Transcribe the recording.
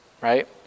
right